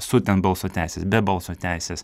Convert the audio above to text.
su ten balso teisės be balso teisės